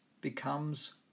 becomes